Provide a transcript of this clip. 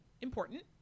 important